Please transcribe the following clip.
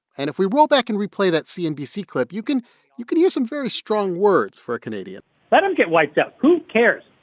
and if we roll back and replay that cnbc clip, you can you can hear some very strong words for a canadian let them get wiped out. who cares?